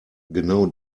genau